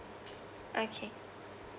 okay